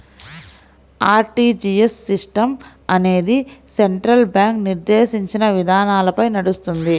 RTGS system అనేది central bank నిర్దేశించిన విధానాలపై నడుస్తుంది